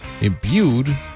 imbued